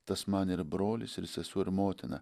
tas man ir brolis ir sesuo ir motina